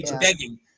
begging